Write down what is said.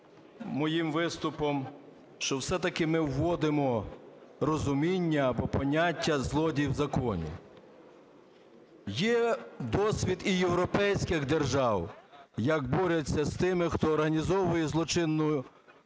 моїм виступом, що все-таки ми вводимо розуміння, або поняття, "злодій в законі". Є досвід і європейських держав, як борються з тими, хто організовує злочинну